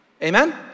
Amen